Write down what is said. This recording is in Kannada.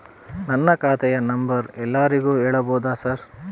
ನನ್ನ ಖಾತೆಯ ನಂಬರ್ ಎಲ್ಲರಿಗೂ ಹೇಳಬಹುದಾ ಸರ್?